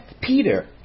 Peter